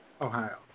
Ohio